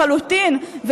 לחלוטין,